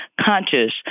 conscious